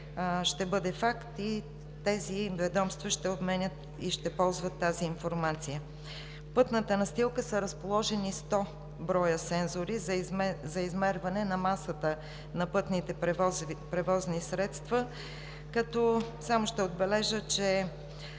ще бъде факт и тези ведомства ще обменят и ще ползват тази информация. На пътната настилка са разположени 100 броя сензори за измерване на масата на пътните превозни средства, като само ще отбележа, че